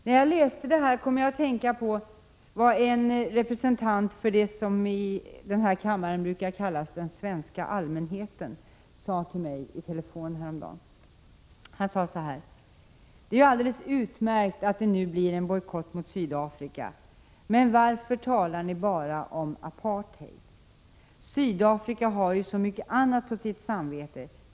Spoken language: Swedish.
När jag läste detta kom jag att tänka på vad en representant för vad som i den här kammaren brukar kallas ”den svenska allmänheten” sade till mig i telefon häromdagen: ”Det är alldeles utmärkt att det nu blir en bojkott mot Sydafrika, men varför talar ni bara om apartheid? Sydafrika har ju så mycket annat på sitt samvete.